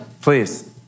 Please